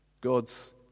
God's